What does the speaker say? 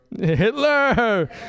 Hitler